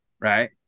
right